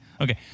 Okay